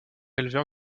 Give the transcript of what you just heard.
éleveur